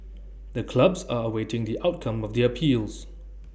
the clubs are awaiting the outcome of their appeals